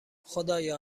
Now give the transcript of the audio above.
خدایا